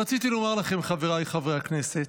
רציתי לומר לכם, חבריי חברי הכנסת,